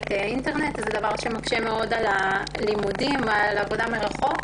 אינטרנט וזה מקשה מאוד על למידה מרחוק.